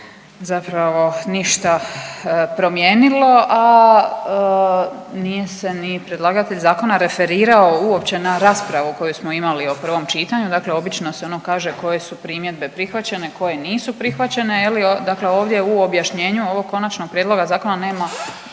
zapravo ništa promijenilo, a nije se ni predlagatelj zakona referirao uopće na raspravu koju smo imali u prvom čitanju, dakle obično se ono kaže koje su primjedbe prihvaćene, koje nisu prihvaćene, je li, dakle ovdje u objašnjenju ovog konačnog prijedloga zakona nema